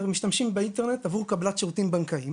משתמשים באינטרנט לטובת קבלת שירותים בנקאיים,